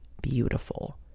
beautiful